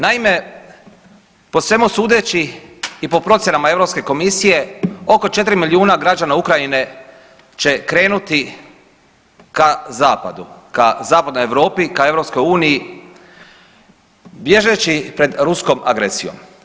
Naime, po svemu sudeći i po procjena EU komisije, oko 4 milijuna građana Ukrajine će krenuti ka Zapadu, ka Zapadnoj Europi, ka EU, bježeći pred ruskom agresijom.